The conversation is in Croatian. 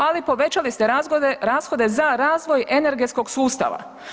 Ali povećali ste rashode za razvoj energetskog sustava.